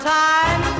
time